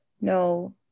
no